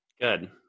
Good